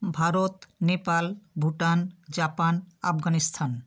Bharat Nepal Bhutan Japan Afghanistan